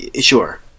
Sure